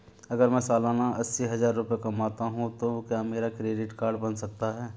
अगर मैं सालाना अस्सी हज़ार रुपये कमाता हूं तो क्या मेरा क्रेडिट कार्ड बन सकता है?